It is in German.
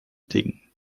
ding